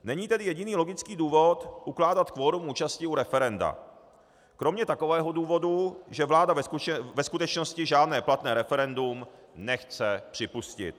Není tedy jediný logický důvod ukládat kvorum účasti u referenda kromě takového důvodu, že vláda ve skutečnosti žádné platné referendum nechce připustit.